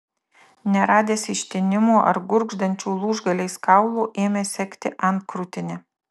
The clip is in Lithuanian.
neradęs ištinimų ar gurgždančių lūžgaliais kaulų ėmė segti antkrūtinį